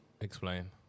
explain